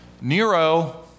Nero